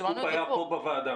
הסקופ היה פה בוועדה.